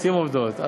רוצים עובדות.